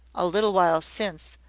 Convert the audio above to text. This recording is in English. a little while since,